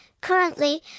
Currently